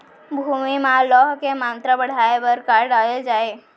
भूमि मा लौह के मात्रा बढ़ाये बर का डाले जाये?